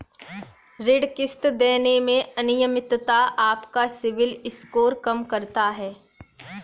ऋण किश्त देने में अनियमितता आपका सिबिल स्कोर कम करता है